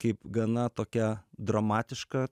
kaip gana tokią dramatišką